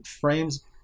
frames